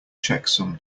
checksum